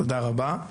תודה רבה,